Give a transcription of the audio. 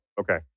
okay